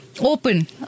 Open